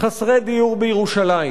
חסרי דיור בירושלים.